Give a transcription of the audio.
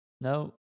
No